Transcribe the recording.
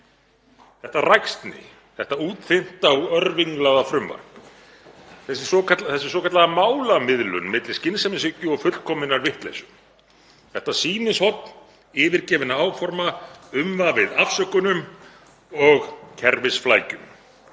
þetta ræksni, þetta útþynnta og örvilnaða frumvarp, þessi svokallaða málamiðlun milli skynsemishyggju og fullkominnar vitleysu, þetta sýnishorn yfirgefinna áforma umvafið afsökunum og kerfisflækjum,